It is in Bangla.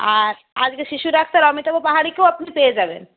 আর আজকে শিশু ডাক্তার অমিতাভ পাহাড়িকেও আপনি পেয়ে যাবেন